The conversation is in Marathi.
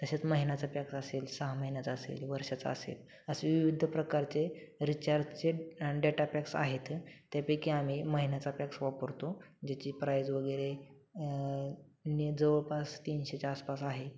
तसेच महिन्याचा पॅक्स असेल सहा महिन्याचा असेल वर्षाचा असेल असे विविध प्रकारचे रिचार्जचे डेटा पॅक्स आहेत त्यापैकी आम्ही महिन्याचा पॅक्स वापरतो ज्याची प्राईज वगैरे नि जवळपास तीनशेच्या आसपास आहे